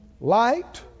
light